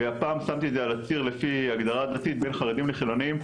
והפעם שמתי את זה על הציר לפי הגדרת דתית בין חרדים לחילוניים,